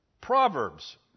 Proverbs